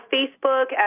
Facebook